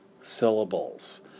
syllables